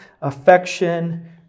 affection